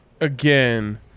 again